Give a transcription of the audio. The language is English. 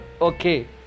okay